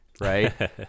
right